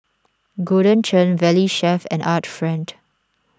Golden Churn Valley Chef and Art Friend